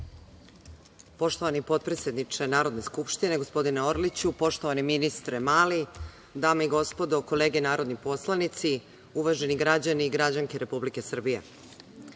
Poštovani potpredsedniče Narodne skupštine, gospodine Orliću, poštovani ministre Mali, dame i gospodo kolege narodni poslanici, uvaženi građani i građanke Republike Srbije,